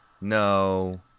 No